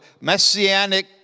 messianic